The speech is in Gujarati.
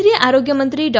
કેન્દ્રીય આરોગ્યમંત્રી ડૉ